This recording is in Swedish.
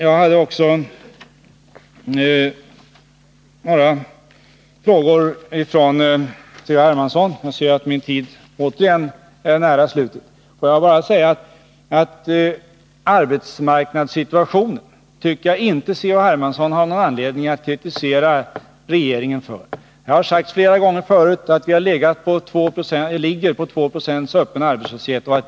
Jag hade också några frågor från C.-H. Hermansson, men jag ser att min tid återigen är nära slutet. Får jag bara säga att jag inte tycker att C.-H. Hermansson har någon anledning att kritisera regeringen för arbetsmarknadssituationen. Som det har sagts flera gånger förut ligger vi på 2970 öppen arbetslöshet.